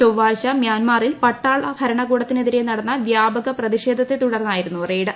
ചൊവ്വാഴ്ച മ്യാൻമറിൽ പട്ടാള ഭരണകൂടത്തിനെതിരെ നടന്ന വ്യാപക പ്രതിഷേധത്തെ തുടർന്നായിരുന്നു റെയ്ഡ്